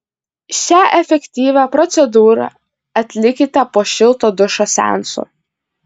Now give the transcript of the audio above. šią efektyvią procedūrą atlikite po šilto dušo seanso